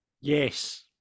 Yes